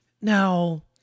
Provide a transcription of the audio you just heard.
Now